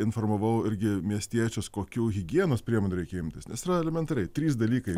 informavau irgi miestiečius kokių higienos priemonių reikia imtis nes yra elementariai trys dalykai